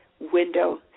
window